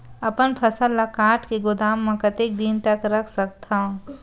अपन फसल ल काट के गोदाम म कतेक दिन तक रख सकथव?